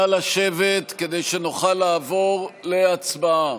נא לשבת כדי שנוכל לעבור להצבעה.